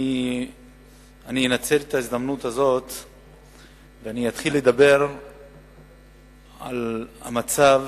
אנצל את ההזדמנות ואתחיל לדבר על מצב